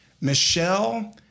Michelle